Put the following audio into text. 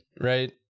right